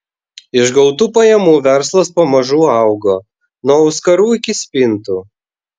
iš gautų pajamų verslas pamažu augo nuo auskarų iki spintų